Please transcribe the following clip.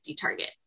target